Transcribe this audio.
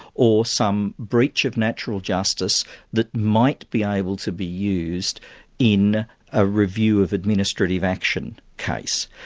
or some breach of natural justice that might be able to be used in a review of administrative action case.